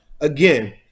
again